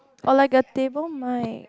oh like a table my